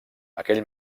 aquell